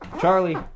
Charlie